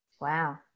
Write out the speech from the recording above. Wow